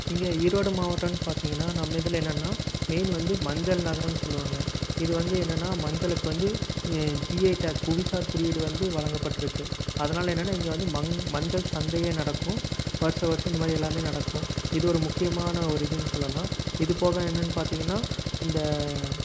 இங்கே ஈரோடு மாவட்டன்னு பார்த்திங்கன்னா நம்ம இதில் என்னன்னாள் மெயின் வந்து மஞ்சள் நகரம்ன்னு சொல்வாங்க இது வந்து என்னென்னால் மஞ்சளுக்கு வந்து ஜீயே டாக் புவிசார் குறியீடு வந்து வழங்கப்பட்டிருக்கு அதனால் என்னென்னால் இங்கே வந்து மஞ்சள் சந்தையே நடக்கும் வருஷ வருஷம் இது மாதிரி எல்லாமே நடக்கும் இது ஒரு முக்கியமான ஒரு இதுன்னு சொல்லலாம் இதுப்போக என்னென்னு பார்த்திங்கன்னா இந்த